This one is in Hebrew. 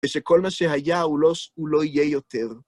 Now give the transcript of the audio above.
ושכול מה שהיה לא יהיה יותר